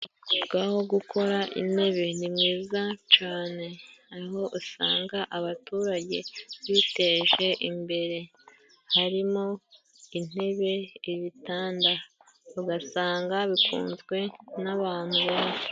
Ngaho gukora intebe ni mwiza cyane aho usanga abaturage biteje imbere, harimo intebe, ibitanda ugasanga bikunzwe n'abantu benshi.